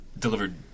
delivered